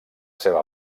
seva